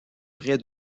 près